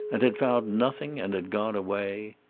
and had found nothing, and had gone away.